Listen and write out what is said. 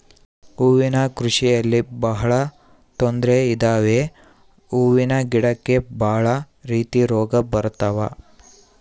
ಹೂವಿನ ಕೃಷಿಯಲ್ಲಿ ಬಹಳ ತೊಂದ್ರೆ ಇದಾವೆ ಹೂವಿನ ಗಿಡಕ್ಕೆ ಭಾಳ ರೀತಿ ರೋಗ ಬರತವ